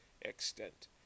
extent